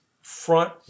front